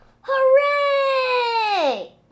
Hooray